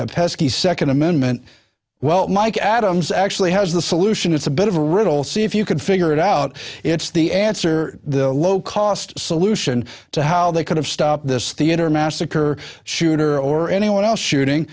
that pesky second amendment well mike adams actually has the solution it's a bit of a riddle see if you can figure it out it's the answer the low cost solution to how they could have stopped this theater massacre shooter or anyone else shooting